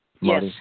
Yes